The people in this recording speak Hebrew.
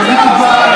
תודה רבה.